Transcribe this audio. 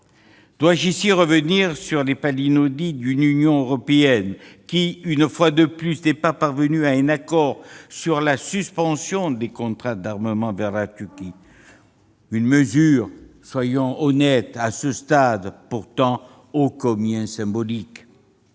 Dois-je ici revenir sur les palinodies d'une Union européenne qui, une fois de plus, n'est pas parvenue à un accord sur la suspension des contrats d'armement avec la Turquie ? Une telle mesure serait pourtant, à ce stade, ô combien symbolique !